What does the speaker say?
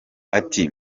ati